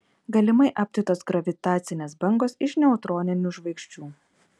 galimai aptiktos gravitacinės bangos iš neutroninių žvaigždžių